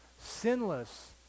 Sinless